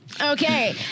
Okay